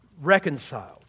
reconciled